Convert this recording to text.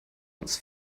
uns